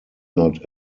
not